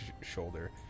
shoulder